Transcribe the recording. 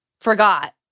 forgot